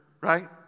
right